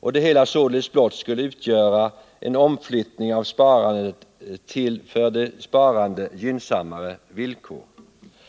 och att det hela således blott skulle utgöra en omflyttning av sparandet till gynnsammare villkor för de sparande.